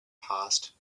passed